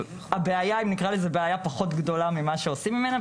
הבעיה היא בעיה פחות גדולה ממה שעושים ממנה,